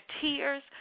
tears